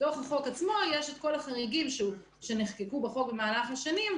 בתוך החוק עצמו יש את כל החריגים שנחקקו בחוק במהלך השנים,